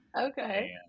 Okay